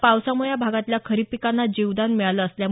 या पावसामुळे या भागातल्या खरिप पिकांना जीवदान मिळालं आहे